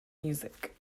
music